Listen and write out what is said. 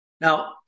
Now